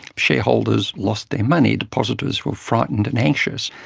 shareholders lost their money, depositors were frightened and anxious.